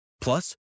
Plus